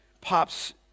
pops